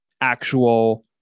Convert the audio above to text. actual